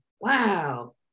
wow